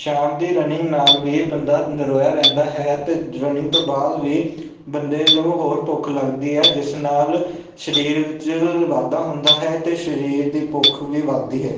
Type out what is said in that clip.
ਸ਼ਾਮ ਦੀ ਰਨਿੰਗ ਨਾਲ ਵੀ ਬੰਦਾ ਨਿਰੋਇਆ ਰਹਿੰਦਾ ਹੈ ਅਤੇ ਰਨਿੰਗ ਤੋਂ ਬਾਅਦ ਵੀ ਬੰਦੇ ਨੂੰ ਹੋਰ ਭੁੱਖ ਲੱਗਦੀ ਹੈ ਜਿਸ ਨਾਲ ਸਰੀਰ ਵਿੱਚ ਵਾਧਾ ਹੁੰਦਾ ਹੈ ਅਤੇ ਸਰੀਰ ਦੀ ਭੁੱਖ ਵੀ ਵੱਧਦੀ ਹੈ